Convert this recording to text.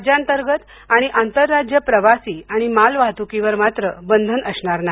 राज्यांतर्गत आणि आंतर राज्य प्रवासी आणि माल वाहतुकीवर मात्र बंधन असणार नाही